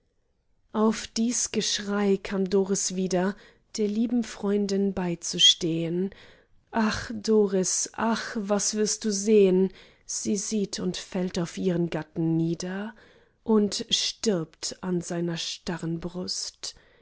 auf dies geschrei kam doris wieder der lieben freundin beizustehn ach doris ach was wirst du sehn sie sieht und fällt auf ihren gatten nieder und stirbt an seiner starren brust